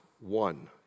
one